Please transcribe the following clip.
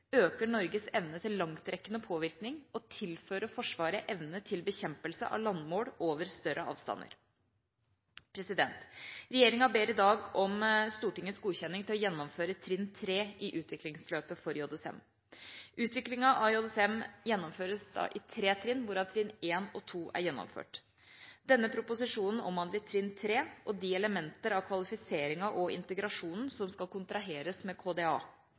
øker Norges evne til langtrekkende påvirkning og tilfører Forsvaret evne til bekjempelse av landmål over større avstander. Regjeringa ber i dag om Stortingets godkjenning til å gjennomføre trinn 3 i utviklingsløpet for JSM. Utviklinga av JSM gjennomføres da i tre trinn, hvorav trinn 1 og 2 er gjennomført. Denne proposisjonen omhandler trinn 3 og de elementer av kvalifiseringen og integrasjonen som skal kontraheres med KDA.